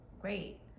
great